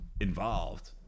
involved